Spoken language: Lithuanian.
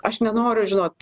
aš nenoriu žinot